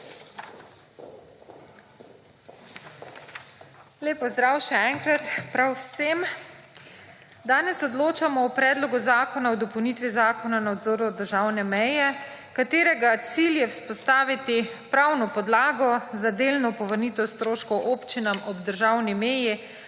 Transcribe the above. – 21.55** (nadaljevanje) Danes odločamo o predlogu zakona o dopolnitvi Zakona o nadzoru državne meje, katerega cilj je vzpostaviti pravno podlago za delno povrnitev stroškov občinam ob državni meji,